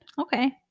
Okay